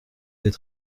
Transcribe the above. peut